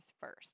first